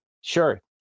sure